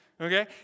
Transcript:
okay